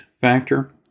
factor